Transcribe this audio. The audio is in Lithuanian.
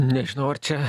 nežinau ar čia